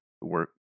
work